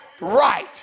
right